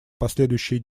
последующей